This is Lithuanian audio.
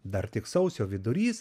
dar tik sausio vidurys